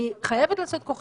אני לא מדברת כבר על בעיות גב,